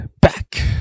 back